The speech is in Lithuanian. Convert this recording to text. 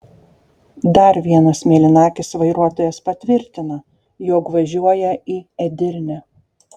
dar vienas mėlynakis vairuotojas patvirtina jog važiuoja į edirnę